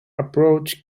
approach